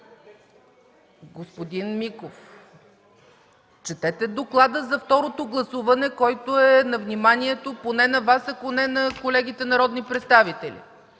Господин Миков, четете доклада за второто гласуване, който е на вниманието поне на Вас, ако не на колегите народни представители.